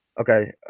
Okay